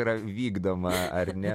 yra vykdoma ar ne